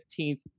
15th